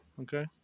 Okay